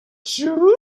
true